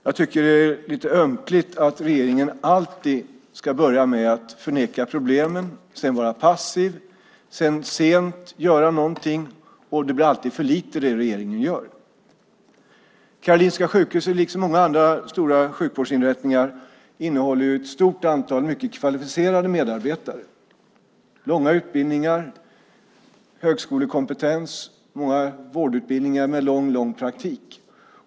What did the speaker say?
Jag tycker att det är lite ömkligt att regeringen alltid ska börja med att förneka problemen, sedan vara passiv, sedan sent göra någonting, och det blir alltid för lite det som regeringen gör. Karolinska sjukhuset liksom många andra stora sjukvårdsinrättningar har ett stort antal mycket kvalificerade medarbetare. De har långa utbildningar, högskolekompetens, vårdutbildningar med lång praktik.